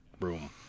room